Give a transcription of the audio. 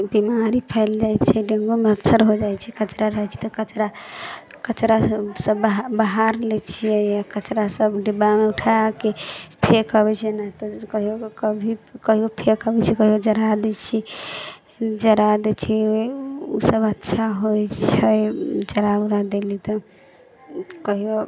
बीमारी फैल जाइ छै डेंगू मच्छर हो जाइ छै कचरा रहै छै तऽ कचरा कचरा सब सब बहा बहारि लै छियै कचरा सब डिब्बामे उठैके फेक अबै छियै नहि तऽ कहियो कऽ कभी कहियो फेक अबै छियै कहियो जरा दै छियै जरा दै छियै उ सब अच्छा होइ छै जरा उरा देली तऽ कहियो